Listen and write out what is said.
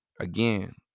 Again